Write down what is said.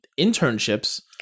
internships